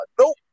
Nope